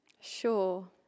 Sure